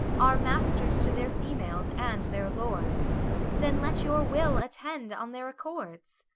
are masters to their females, and their lords then let your will attend on their accords.